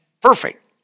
perfect